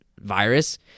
virus